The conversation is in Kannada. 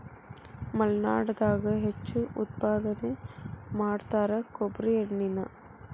ಮಲ್ನಾಡದಾಗ ಹೆಚ್ಚು ಉತ್ಪಾದನೆ ಮಾಡತಾರ ಕೊಬ್ಬ್ರಿ ಎಣ್ಣಿನಾ